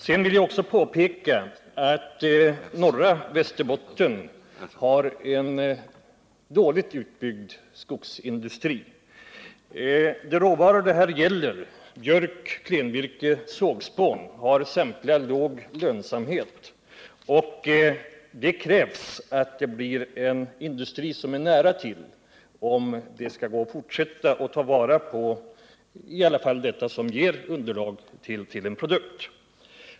Sedan vill jag också påpeka att norra Västerbotten har en dåligt utbyggd skogsindustri. De råvaror som det här gäller — björk, klenvirke och sågspån — har samtliga låg lönsamhet, och det krävs en industri som ligger nära till om det skall gå att fortsätta att ta vara på detta, som ändå ger underlag för en produkt.